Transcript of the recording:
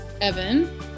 Evan